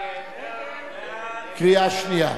קריאה שנייה.